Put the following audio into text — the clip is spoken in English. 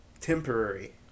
temporary